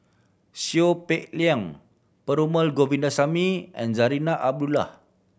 Seow Peck Leng Perumal Govindaswamy and Zarinah Abdullah